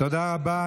תודה רבה.